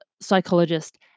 psychologist